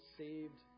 saved